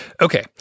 Okay